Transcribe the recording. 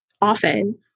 often